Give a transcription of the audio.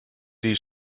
die